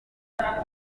kuyigeza